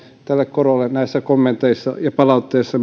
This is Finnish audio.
tälle korolle näissä kommenteissa ja palautteissa